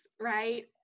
right